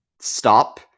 stop